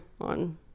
on